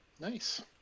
Nice